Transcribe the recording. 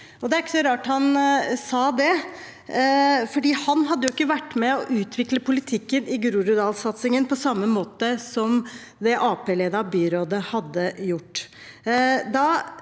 Det er ikke så rart at han sa det, for han hadde ikke vært med på å utvikle politikken til Groruddalssatsingen på samme måte som det Arbeiderpartiledede byrådet hadde gjort.